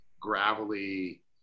gravelly